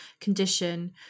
condition